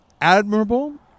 admirable